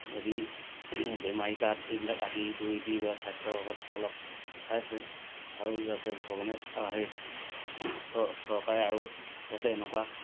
হেৰি বেমাৰী কাৰ্ড এইবিলাক আদি কৰি দি বা স্বাস্থ্যসেৱাত অলপ চাইছে আৰু যাতে ভগৱানে অ' হেৰি চৰকাৰে আৰু যাতে এনেকুৱা